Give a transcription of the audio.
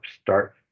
start